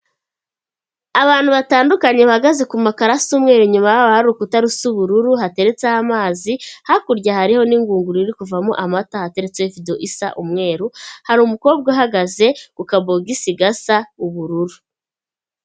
Abantu batandukanye bahagaze ku makaro asa umweru inyuma yabo hari ukuta rusa ubururu hateretseho amazi, hakurya hari n'ingunguru iri kuvamo amata, hateretse ivido isa umweru, hari umukobwa uhagaze ku kabogisi gasa ubururu.